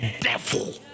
devil